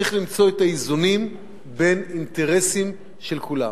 צריך למצוא את האיזונים בין אינטרסים של כולם.